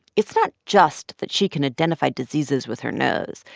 it's not just that she can identify diseases with her nose.